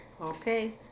Okay